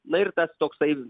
na ir tas toksai